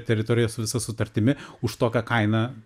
teritorija su visa sutartimi už tokią kainą